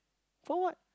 for what